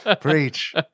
Preach